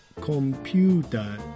computer